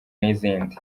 n’izindi